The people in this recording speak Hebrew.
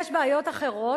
יש בעיות אחרות.